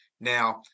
Now